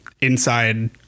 inside